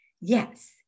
Yes